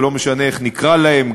ולא משנה איך נקרא להם,